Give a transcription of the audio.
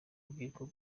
urubyiruko